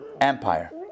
Empire